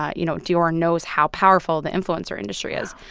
ah you know, dior knows how powerful the influencer industry is.